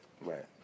Right